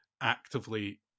actively